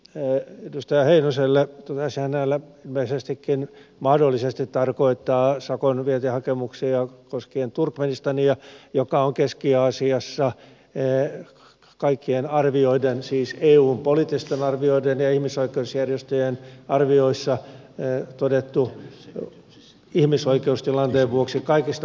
sitten edustaja heinoselle toteaisin kun hän ilmeisestikin mahdollisesti tarkoittaa sakon vientihakemuksia koskien turkmenistania että se on keski aasiassa kaikissa arvioissa siis eun poliittisissa arvioissa ja ihmisoikeusjärjestöjen arvioissa todettu ihmisoikeustilanteen vuoksi kaikista ongelmallisimmaksi maaksi